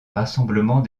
rassemblement